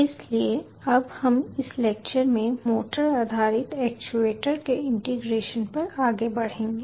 इसलिए अब हम इस लेक्चर में मोटर आधारित एक्चुएटर के इंटीग्रेशन पर आगे बढ़ेंगे